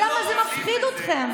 למה זה מפחיד אתכם?